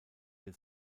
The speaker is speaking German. der